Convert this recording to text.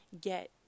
get